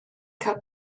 cael